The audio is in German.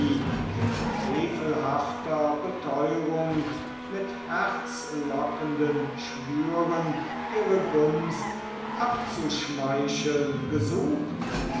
mit frevelhafter beteurung mit herzlockenden schwüren ihre gunst abzuschmeicheln gesucht